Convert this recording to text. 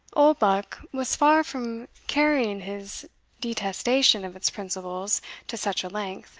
oldbuck was far from carrying his detestation of its principles to such a length